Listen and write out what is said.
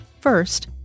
First